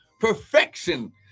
perfection